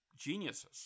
geniuses